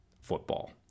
football